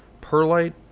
perlite